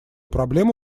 проблему